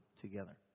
together